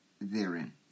therein